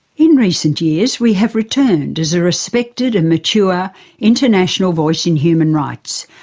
in recent years, we have returned as a respected and mature international voice in human rights.